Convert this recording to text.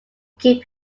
keep